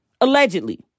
Allegedly